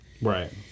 Right